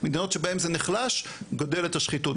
במדינות שבהן זה נחלש גדלת השחיתות,